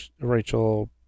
Rachel